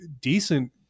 decent